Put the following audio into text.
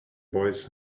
boys